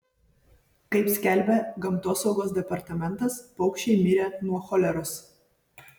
kaip skelbia gamtosaugos departamentas paukščiai mirė nuo choleros